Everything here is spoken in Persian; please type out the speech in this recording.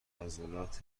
عضلات